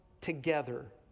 together